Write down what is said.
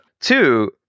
Two